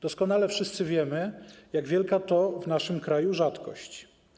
Doskonale wszyscy wiemy, jak wielka to w naszym kraju rzadkość.